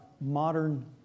modern